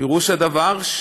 פירוש הדבר,